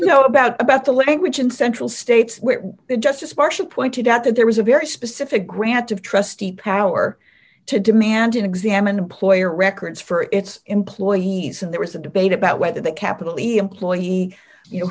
you know about about the language in central states where the justice marshall pointed out that there was a very specific grant of trustee power to demand an exam an employer records for its employees and there was a debate about whether that capital employee you know